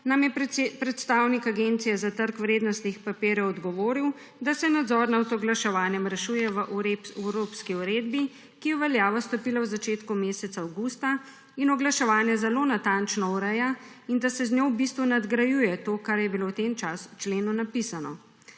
nam je predstavnik Agencije za trg vrednostnih papirjev odgovoril, da se nadzor nad oglaševanjem rešuje v evropski uredbi, ki je v veljavo stopila v začetku meseca avgusta in oglaševanje zelo natančno ureja, in da se z njo v bistvu nadgrajuje to, kar je bilo v tem členu napisano.